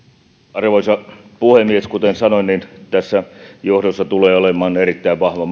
arvoisa puhemies kuten sanoin tässä johdossa tulee olemaan erittäin vahva